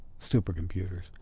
supercomputers